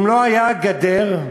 אם לא הייתה גדר,